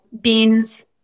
beans